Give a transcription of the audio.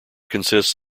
consists